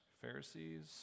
pharisees